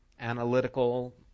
analytical